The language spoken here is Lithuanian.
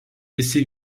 visi